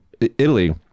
Italy